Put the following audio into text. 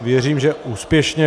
Věřím, že úspěšně.